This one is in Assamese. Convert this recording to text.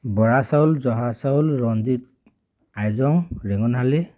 বৰা চাউল জহা চাউল ৰঞ্জিত আইজং ৰেঙনশালী